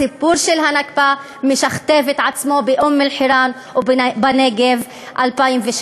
הסיפור של הנכבה משכתב את עצמו באום-אלחיראן ובנגב ב-2016,